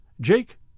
Jake